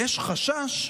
ויש חשש,